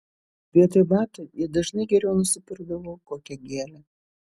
vietoj batų ji dažnai geriau nusipirkdavo kokią gėlę